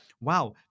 wow